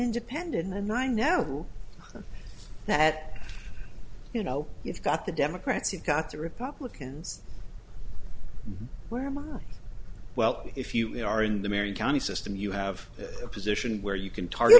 independent and i know that you know you've got the democrats you've got the republicans where am i well if you are in the marion county system you have a position where you can target